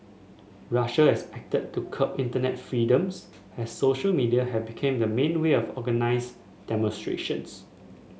Russia has acted to curb internet freedoms as social media have became the main way of organise demonstrations